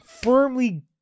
firmly